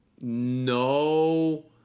No